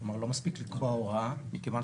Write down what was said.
תומר, סליחה, 'עדכונם'